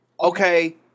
okay